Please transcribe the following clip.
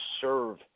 serve